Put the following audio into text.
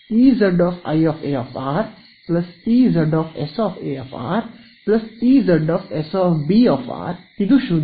Ez i A Ez s A Ez s B 0 ಇಲ್ಲಿ ಆರ್∈A